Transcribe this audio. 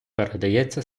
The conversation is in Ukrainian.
передається